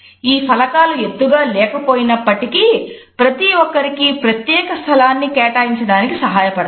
ఈ ఫలకాలు ఎత్తుగా లేకపోయినప్పటికీ ప్రతి ఒక్కరికి ప్రత్యేక స్థలాన్ని కేటాయించడానికి సహాయపడతాయి